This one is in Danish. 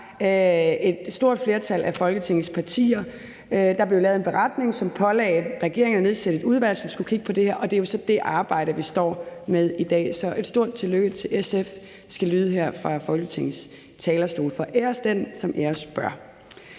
et stort flertal af Folketingets partier. Der blev lavet en beretning, som pålagde regeringen at nedsætte et udvalg, som skulle kigge på det her, og det er jo så det arbejde, vi står med i dag. Så et stort tillykke til SF skal lyde her fra Folketingets talerstol – for æres den, som æres bør.